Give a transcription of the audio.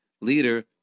leader